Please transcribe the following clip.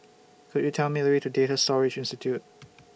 Could YOU Tell Me The Way to Data Storage Institute